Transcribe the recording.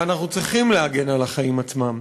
ואנחנו צריכים להגן על החיים עצמם.